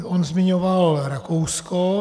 On zmiňoval Rakousko.